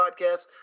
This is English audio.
Podcast